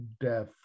death